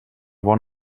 bon